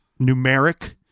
numeric